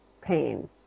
pain